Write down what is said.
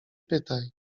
pytaj